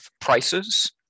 prices